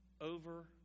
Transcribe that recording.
over